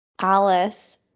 Alice